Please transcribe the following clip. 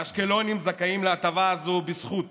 האשקלונים זכאים להטבה הזאת בזכות